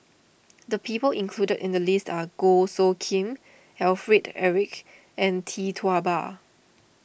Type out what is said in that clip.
the people included in the list are Goh Soo Khim Alfred Eric and Tee Tua Ba